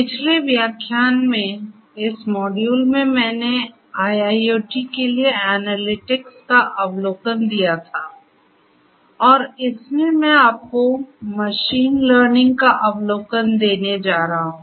पिछले व्याख्यान में इस मॉड्यूल में मैंने IIoT के लिए एनालिटिक्स का अवलोकन दिया था और इसमें मैं आपको मशीन लर्निंग का अवलोकन देने जा रहा हूं